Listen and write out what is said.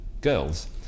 girls